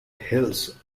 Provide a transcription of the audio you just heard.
hills